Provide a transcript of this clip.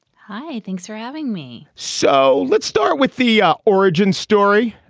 hi. thanks for having me. so let's start with the origin story.